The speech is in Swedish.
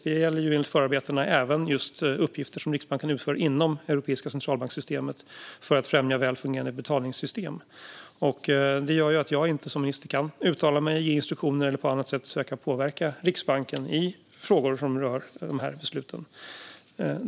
Detta gäller enligt förarbetena även uppgifter som Riksbanken utför inom Europeiska centralbankssystemet för att främja väl fungerande betalningssystem. Detta gör att jag som minister inte kan uttala mig, ge instruktioner eller på annat sätt söka påverka Riksbanken i frågor som rör dessa beslut.